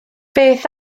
beth